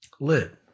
Lit